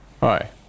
Hi